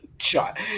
shot